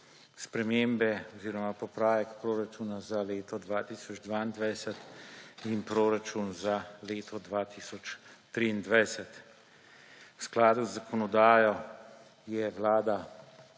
spremembe oziroma popravek proračuna za leto 2022 in proračun za leto 2023. V skladu z zakonodajo je Vlada